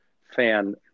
fan